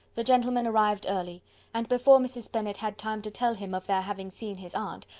the gentlemen arrived early and, before mrs. bennet had time to tell him of their having seen his aunt,